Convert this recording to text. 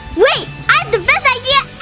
wait, i have the best idea